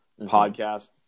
Podcast